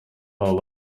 wabo